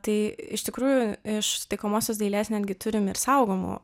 tai iš tikrųjų iš taikomosios dailės netgi turim ir saugomų